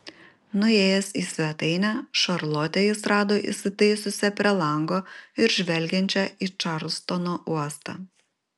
nuėjęs į svetainę šarlotę jis rado įsitaisiusią prie lango ir žvelgiančią į čarlstono uostą